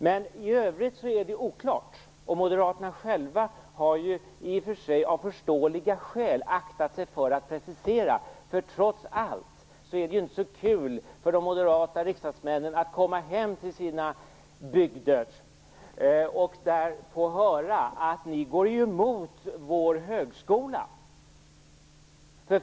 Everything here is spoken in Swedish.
Men i övrigt är det hela oklart. Moderaterna har själva - i och för sig av förståeliga skäl - aktat sig för att precisera. Trots allt är det inte så kul för de moderata riksdagsmännen att komma hem till sina bygder och där få höra: "Ni går ju emot vår högskola!"